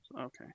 Okay